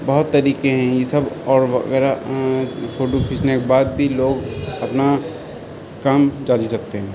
بہت طریقے ہیں یہ سب اور وغیرہ فوٹو کھینچنے کے بعد بھی لوگ اپنا کام جاری رکھتے ہیں